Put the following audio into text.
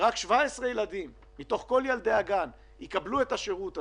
שרק 17 ילדים מתוך כל ילדי הגן יקבלו את השירות הזה,